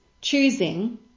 choosing